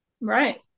Right